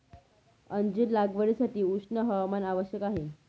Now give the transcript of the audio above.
अंजीर लागवडीसाठी उष्ण हवामान आवश्यक आहे